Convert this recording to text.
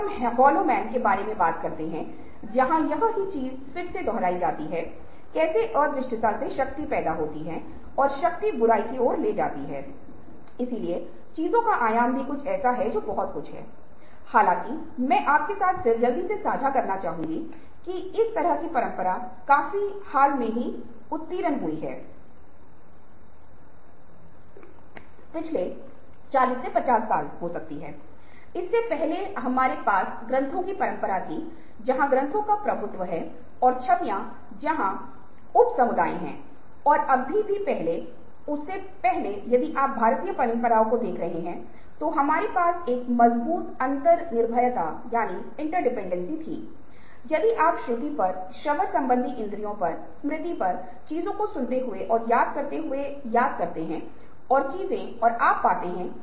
जब आप जानकारी एकत्र कर रहे हैं तो आप कई हितधारकों के साथ बात कर सकते हैं आप कर्मचारियों के पर्यवेक्षक के साथ बात कर सकते हैं आप उस विशेष उद्योग के अस्पतालों के साथ बात कर सकते हैं आप उस विशेष उद्योग के अस्पताल में डॉक्टरों के साथ बात कर सकते हैं आप स्वयं कर्मचारियों के साथ बात कर सकते हैं आप शीर्ष प्रबंधन के लोगों के साथ बात कर सकते हैं